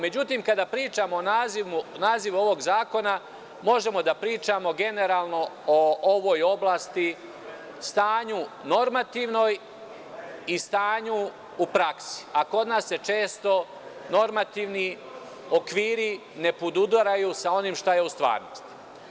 Međutim, kada pričamo o nazivu ovog zakona, možemo da pričamo generalno o ovoj oblasti, normativnom stanju i stanju u praksi, a kod nas se često normativni okviri ne podudaraju sa onim šta je u stvarnosti.